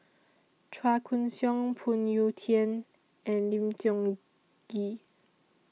Chua Koon Siong Phoon Yew Tien and Lim Tiong Ghee